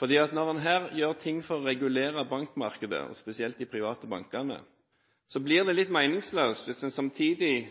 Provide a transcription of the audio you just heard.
Når man gjør ting for å regulere bankmarkedet, spesielt de private bankene, blir det litt